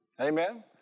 Amen